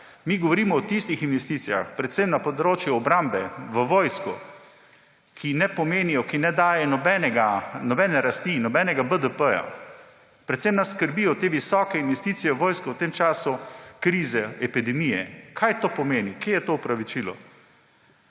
Mi govorimo o investicijah predvsem na področju obrambe, v vojsko, ki ne dajejo nobene rasti in nobenega BDP. Predvsem nas skrbijo te visoke investicije v vojsko v tem času epidemije. Kaj to pomeni, kje je tu upravičenost?